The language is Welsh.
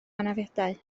anafiadau